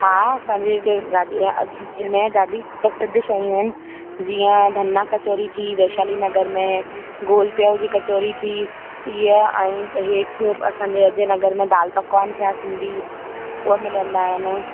हा असांजे हिते राज्य अजमेर में ॾाढी प्रसिद्ध शयूं आहिनि जीअं धन्ना कचौरी थी वैशाली नगर में गोल प्याऊं जी कचौरी थी ईअं आहे हेठि असांजे अजय नगर में दाल पक्वान थिया सिंधी उहे मिलंदा आहिनि